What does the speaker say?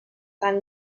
tan